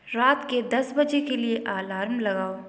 रात के दस बजे के लिए अलार्म लगाओ